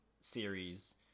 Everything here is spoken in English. series